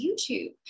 YouTube